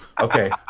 Okay